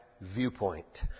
viewpoint